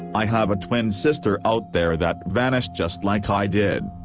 i have a twin sister out there that vanished just like i did.